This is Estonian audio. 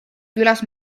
külas